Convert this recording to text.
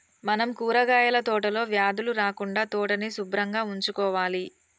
మనం కూరగాయల తోటలో వ్యాధులు రాకుండా తోటని సుభ్రంగా ఉంచుకోవాలి